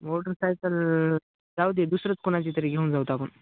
motorcycle जाऊ दे दुसरंच कोणाची तरी घेऊन जाऊ आपण